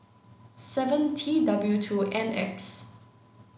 seven T W two N X